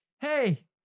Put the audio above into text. hey